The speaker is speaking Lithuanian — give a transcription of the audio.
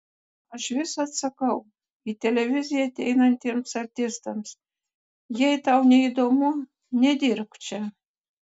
aš visad sakau į televiziją ateinantiems artistams jei tau neįdomu nedirbk čia